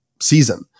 season